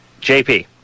JP